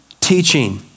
teaching